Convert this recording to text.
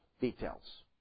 details